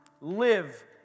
Live